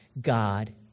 God